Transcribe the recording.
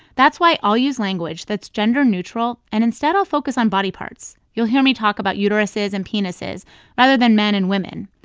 that's why i'll use language that's gender-neutral, and instead, i'll focus on body parts. you'll hear me talk about uteruses and penises rather than men and women.